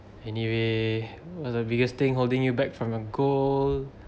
anyway what's the biggest thing holding you back from your goal